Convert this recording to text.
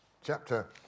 chapter